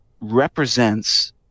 represents